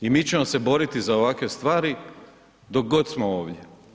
I mi ćemo se boriti za ovakve stvari dok god smo ovdje.